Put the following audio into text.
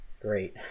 great